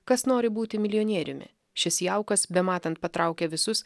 kas nori būti milijonieriumi šis jaukas bematant patraukė visus